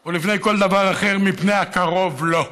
הוא לפני כל דבר אחר מפני הקרוב לו.